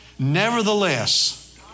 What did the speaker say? Nevertheless